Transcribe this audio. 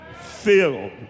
filled